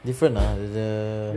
different ah is the